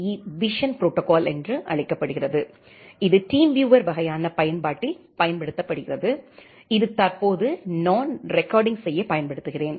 இ vision protocol என்று அழைக்கப்படுகிறது இது டீம் வியூவர் வகையான பயன்பாட்டில் பயன்படுத்தப்படுகிறது இது தற்போது நான் ரெகார்டிங் செய்ய பயன்படுத்துகிறேன்